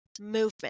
movement